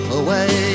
away